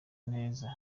neza